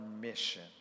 mission